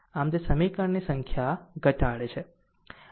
આમ તે સમીકરણની સંખ્યા ઘટાડે છે